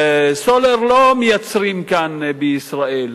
סולר לא מייצרים כאן בישראל,